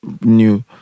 new